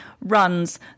runs